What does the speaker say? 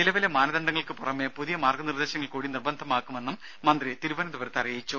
നിലവിലെ മാനദണ്ഡങ്ങൾക്ക് പുറമെ പുതിയ മാർഗ്ഗ നിർദ്ദേശങ്ങൾ കൂടി നിർബന്ധമാക്കുമെന്നും മന്ത്രി തിരുവനന്തപുരത്ത് പറഞ്ഞു